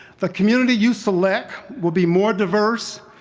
the community you select will be more diverse,